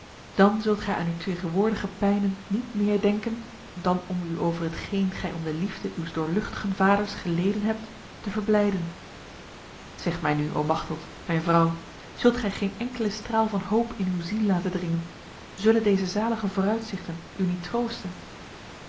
dan zult gij aan uw tegenwoordige pijnen niet meer denken dan om u over hetgeen gij om de liefde uws doorluchtigen vaders geleden hebt te verblijden zeg mij nu o machteld mijn vrouw zult gij geen enkele straal van hoop in uw ziel laten dringen zullen deze zalige vooruitzichten u niet troosten